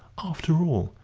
after all,